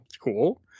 cool